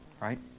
right